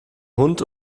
hund